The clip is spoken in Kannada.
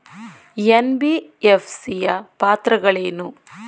ಎನ್.ಬಿ.ಎಫ್.ಸಿ ಯ ಪಾತ್ರಗಳೇನು?